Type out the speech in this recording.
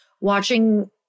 watching